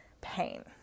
pain